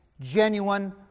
genuine